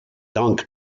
dunk